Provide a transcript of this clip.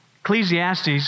Ecclesiastes